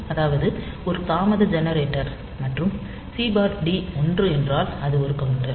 அதாவது ஒரு தாமத ஜெனரேட்டர் மற்றும் சி டி 1 என்றால் அது ஒரு கவுண்டர்